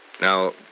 Now